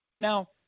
Now